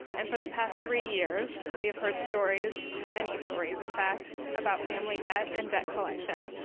and for the past three years, we have heard stories, many stories in fact, about family debt and debt collection.